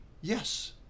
Yes